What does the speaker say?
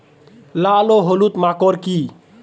লাল ও হলুদ মাকর কী?